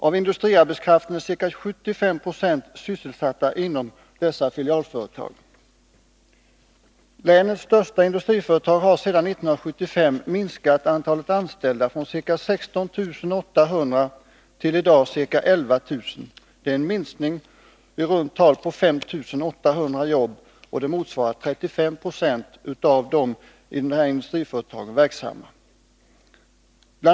Av industriarbetskraften är ca 75 96 sysselsatt inom dessa filialföretag. Länets största industriföretag har sedan 1975 minskat antalet anställda från ca 16 800 till i dag ca 11 000. Det är en minskning på i runt tal 5 800 jobb, vilket motsvarar nära 35 0 av de i industriföretagen verksamma. Bl.